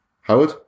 Howard